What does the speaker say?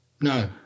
No